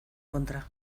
kontra